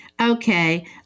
Okay